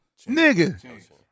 Nigga